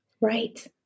Right